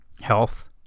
health